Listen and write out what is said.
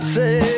say